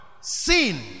sin